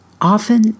often